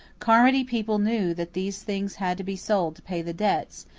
carmody people knew that these things had to be sold to pay the debts,